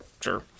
sure